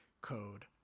code